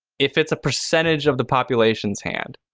if it's a percentage of the population's hand,